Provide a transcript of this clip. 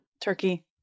Turkey